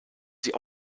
sie